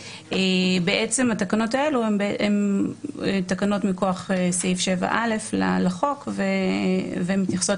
התקנות האלה הן מכוח סעיף 7א לחוק והן מתייחסות